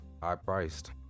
high-priced